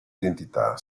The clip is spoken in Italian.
identità